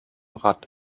rad